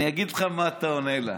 אני אגיד לך מה אתה עונה לה: